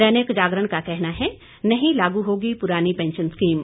दैनिक जागरण का कहना है नहीं लागू होगी पुरानी पेंशन स्कीम